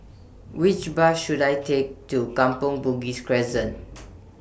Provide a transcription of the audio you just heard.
Which Bus should I Take to Kampong Bugis Crescent